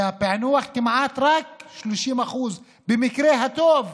והפענוח כמעט רק 30%, במקרה הטוב,